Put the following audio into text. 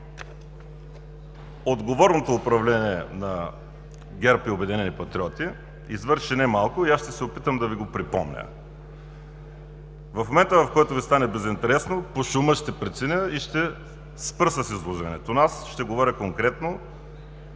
отговорното управление на ГЕРБ и „Обединени патриоти“ извърши немалко и ще се опитам да Ви го припомня. В момента, в който Ви стане безинтересно, по шума ще преценя, ще спра с изложението. Ще говоря конкретно,